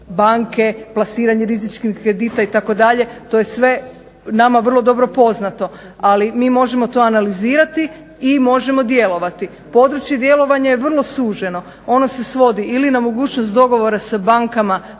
banke, plasiranje rizičnih kredita itd., to je sve nama vrlo dobro poznato. Ali mi možemo to analizirati i možemo djelovati. Područje djelovanja je vrlo suženo. Ono se svodi ili na mogućnost dogovora sa bankama